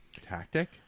tactic